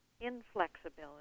inflexibility